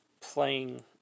playing